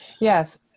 Yes